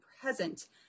present